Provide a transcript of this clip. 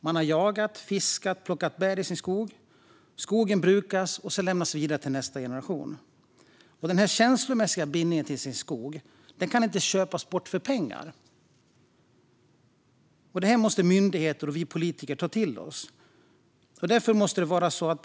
Man har jagat, fiskat och plockat bär i sin skog. Skogen brukas och lämnas vidare till nästa generation. Denna känslomässiga bindning till skogen kan inte köpas för pengar. Detta måste myndigheter och vi politiker ta till oss.